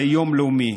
ליום לאומי,